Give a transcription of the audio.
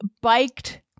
biked